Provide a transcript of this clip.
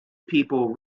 people